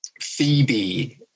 Phoebe